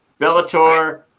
Bellator